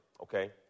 okay